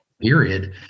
period